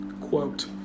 quote